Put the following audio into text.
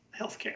healthcare